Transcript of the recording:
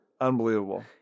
unbelievable